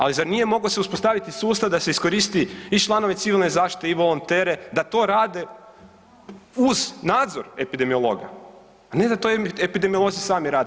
Al zar nije se mogao uspostaviti sustav da se iskoristi i članove civilne zaštite i volontere da to rade uz nadzor epidemiologa, a ne da to epidemiolozi sami rade?